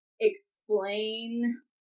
explain